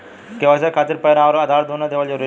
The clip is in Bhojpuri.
के.वाइ.सी खातिर पैन आउर आधार दुनों देवल जरूरी बा?